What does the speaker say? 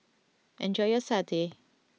enjoy your Satay